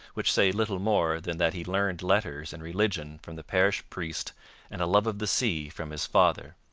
which say little more than that he learned letters and religion from the parish priest and a love of the sea from his father.